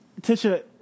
Tisha